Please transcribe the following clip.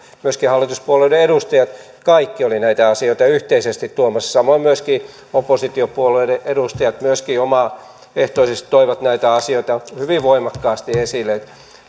myöskin kaikki hallituspuolueiden edustajat olivat näitä asioita yhteisesti esiin tuomassa samoin myöskin oppositiopuolueiden edustajat omaehtoisesti toivat näitä asioita hyvin voimakkaasti esille